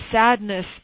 sadness